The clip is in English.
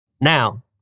Now